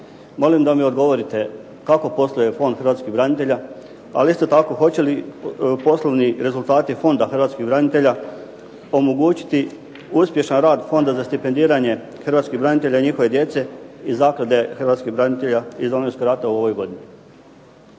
Molim da mi odgovorite, kako posluje Fond Hrvatskih branitelja, ali isto tako hoće li poslovni rezultati fonda Hrvatskih branitelja omogućili uspješan rad Fonda za stipendiranje Hrvatskih branitelja i njihove djece iz Zaklade Hrvatskih branitelja iz Domovinskog rata u ovoj godini.